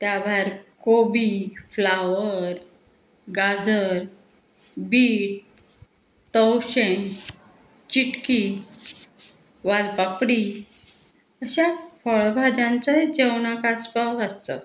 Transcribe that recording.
त्या भायर कोबी फ्लावर गाजर बीट तवशें चिटकी वालपापडी अश्या फळ भाज्यांचोय जेवणाक आसपाव आसचो